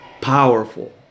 powerful